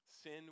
Sin